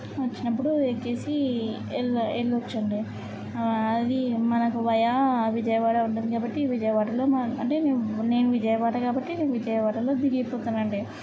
వచ్చినప్పుడు ఎక్కేసి వెళ్ళ వెళ్ళొచ్చు అండి అవి మనకు వయా విజయవాడ ఉంటుంది కాబట్టి విజయవాడలో మనం అంటే నేను విజయవాడ కాబట్టి నేను విజయవాడలో దిగి పోతాను అండి